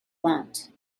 want